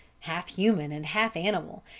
half human and half animal,